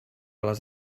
les